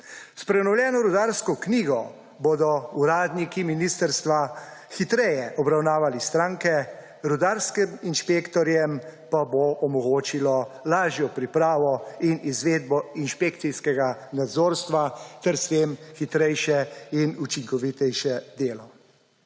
S prenovljeno rudarsko knjigo bodo uradniki ministrstva hitreje obravnavali stranke, rudarskim inšpektorjem pa bo omogočilo lažjo pripravo in izvedbo inšpekcijskega nadzorstva ter s tem hitrejše in učinkovitejše delo.